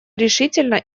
решительно